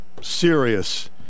serious